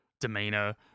demeanor